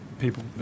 people